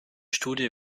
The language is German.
studie